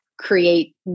create